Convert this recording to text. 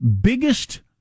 biggest